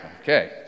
okay